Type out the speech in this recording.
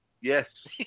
Yes